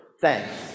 Thanks